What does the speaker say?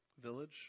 Village